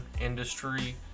industry